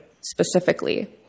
specifically